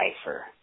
cipher